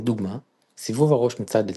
לדוגמה – סיבוב הראש מצד לצד,